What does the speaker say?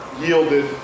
yielded